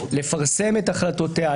לפרסם את החלטותיה,